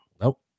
nope